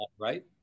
right